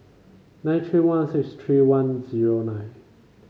nine three one six three one zero nine